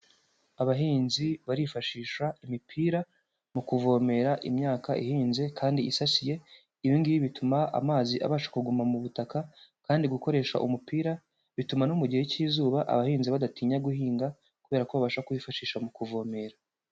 Abahinzi barifashisha imipira mu kuvomera imyaka ihinze kandi isasiye, ibi ngibi bituma amazi abasha kuguma mu butaka kandi gukoresha umupira bituma no mu gihe cy'izuba abahinzi badatinya guhinga kubera ko babasha kuyifashisha mu kuvomera.